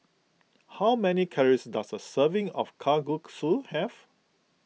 how many calories does a serving of Kalguksu have